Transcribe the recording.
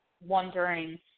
wondering